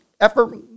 effort